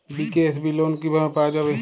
BKSB loan কিভাবে পাওয়া যাবে?